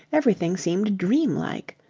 everything seemed dreamlike.